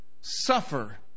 suffer